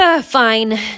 Fine